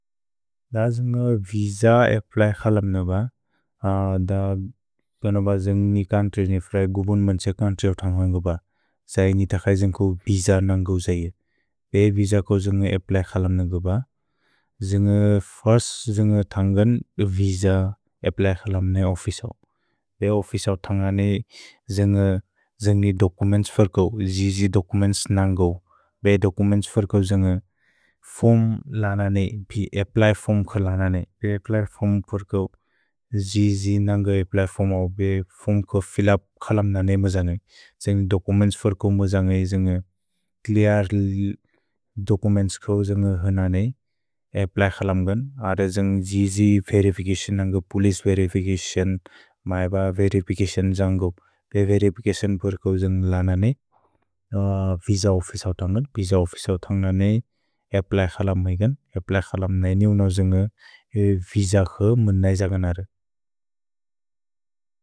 अ इन्ग विज एप्लेज्क्सलम्ने ब, द गन ब इन्ग नि चोउन्त्र्य् नि फ्रए गुबुन्मेन्त्स चोउन्त्र्यो थन्ग्इन् गु ब, सए नित क्सय् इन्ग कुअ विज नन्ग्उ जये। पे विज कुअ इन्ग एप्लेज्क्सलम्ने गु ब, इन्ग फर्स् इन्ग थन्गन् विज एप्लेज्क्सलम्ने ओफिसो। पे ओफिसो थन्गने इन्ग इन्ग दोकुमेन्त्स् फर्क्उ, जिजि दोकुमेन्त्स् नन्ग्उ, पे दोकुमेन्त्स् फर्क्उ इन्ग इन्ग फोर्म् लनने, पे अप्प्ल्य् फोर्म् कुअ लनने, पे अप्प्ल्य् फोर्म् कुअ फर्क्उ, जिजि नन्ग्उ अप्प्ल्य् फोर्म् उ, पे फोर्म् कुअ फिल्ल् उप् क्सलम् नने म जने। इन्ग दोकुमेन्त्स् फर्क्उ म जने, इन्ग च्लेअर् दोकुमेन्त्स् कुअ इन्ग होनने, अप्प्ल्य् क्सलम्गन्। अत इन्ग जिजि वेरिफिचतिओन् नन्ग्उ, पोलिचे वेरिफिचतिओन्, मैब वेरिफिचतिओन् जन्ग्उ, पे वेरिफिचतिओन् कुअ इन्ग लनने, विज ओफिसो थन्गन्, विज ओफिसो थन्गने æप्लेज्क्सलम्ने इगन्, æप्लेज्क्सलम्ने इनि उन्उ जुन्ग विज कुअ म्न् नैजगन् अर्।